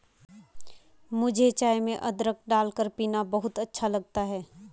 मुझे चाय में अदरक डालकर पीना बहुत अच्छा लगता है